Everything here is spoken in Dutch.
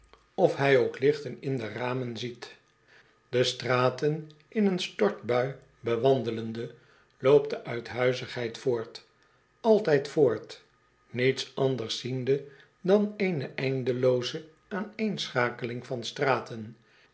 of hij ook lichten in de ramen ziet de straten in een stortbui bewandelende loopt de uithuizigheid voort altijd voort niets anders ziende dan eene eindelooze aaneenschakeling van straten